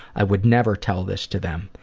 i would never tell this to them,